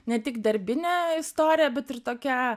ne tik darbinė istorija bet ir tokia